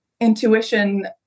intuition